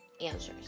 answers